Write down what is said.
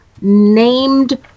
named